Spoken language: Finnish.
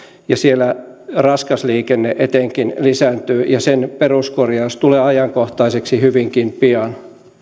ja siellä etenkin raskas liikenne lisääntyy ja peruskorjaus tulee ajankohtaiseksi hyvinkin pian